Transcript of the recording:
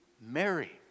Mary